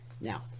Now